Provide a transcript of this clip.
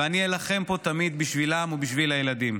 ואני אילחם פה תמיד בשבילם ובשביל הילדים.